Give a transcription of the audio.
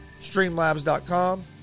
streamlabs.com